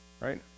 right